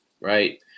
right